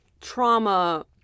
trauma